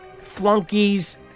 flunkies